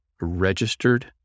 registered